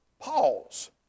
Pause